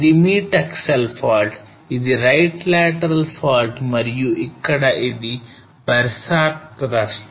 ఇది మీ Taksal fault ఇది right lateral fault మరియు ఇక్కడ ఇది Barsar thrust